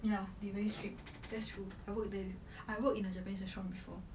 you they very strict that's true I work with I work in a japanese restaurant before